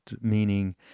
meaning